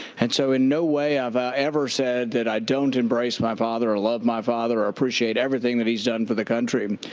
and so in no way have i ever said that i don't embrace my father or love my father or appreciate everything that he has done for the country.